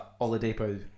Oladipo